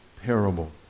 parable